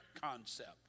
concept